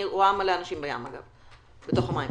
אני רואה מלא אנשים בים, אגב, בתוך המים.